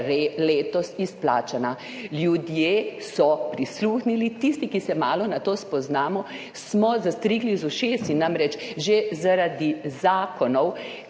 letos. Ljudje so prisluhnili, tisti, ki se malo spoznamo na to, smo zastrigli z ušesi, namreč že zaradi zakonov,